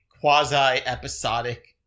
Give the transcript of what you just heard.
quasi-episodic